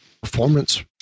performance